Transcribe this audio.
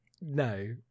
no